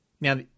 Now